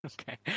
Okay